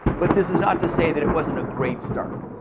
but this is not to say that it wasn't a great start.